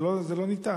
זה לא ניתן.